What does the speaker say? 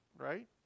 Right